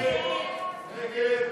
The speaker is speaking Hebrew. אראל מרגלית,